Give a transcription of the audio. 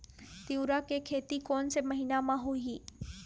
तीवरा के खेती कोन से महिना म होही?